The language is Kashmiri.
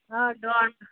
آ ڈۄڈ